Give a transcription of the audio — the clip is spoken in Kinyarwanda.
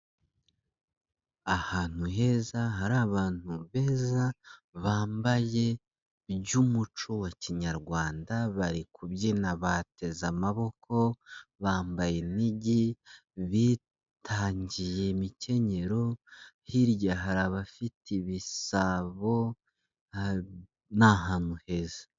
Ahantu heza, hari abantu beza bambaye iby'umuco wa kinyarwanda, bari kubyina bateze amaboko, bambaye inigi, bitangiye imikenyero, hirya hari abafite ibisabo ni ahantu heza.